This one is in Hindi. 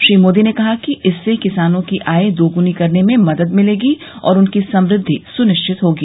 श्री मोदी ने कहा कि इससे किसानों की आय दोगुनी करने में मदद मिलेगी और उनकी समुद्धि सुनिश्चित होगी